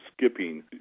skipping